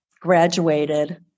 graduated